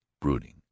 brooding